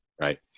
right